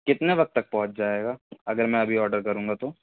کتنے وقت تک پہنچ جائے گا اگر میں ابھی آرڈر کروں گا تو